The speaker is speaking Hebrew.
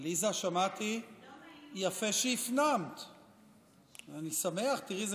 על מידת הצביעות שמאפיינת את הממשלה החדשה ואת הקואליציה החדשה.